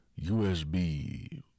USB